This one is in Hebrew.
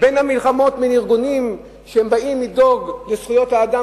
מין ארגונים שבאים לדאוג לזכויות האדם